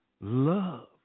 love